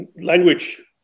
language